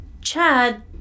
Chad